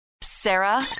Sarah